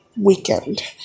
weekend